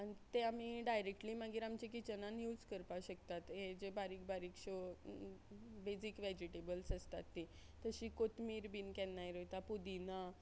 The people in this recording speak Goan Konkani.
आनी तें आमी डायरेक्टली मागीर आमच्या किचनान यूज करपा शकतात हे जे बारीक बारीक शो बेजीक वेजिटेबल्स आसतात ती तशी कोथमीर बी केन्नाय रोयता पुदिना